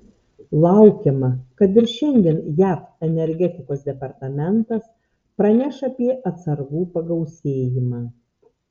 laukiama kad ir šiandien jav energetikos departamentas praneš apie atsargų pagausėjimą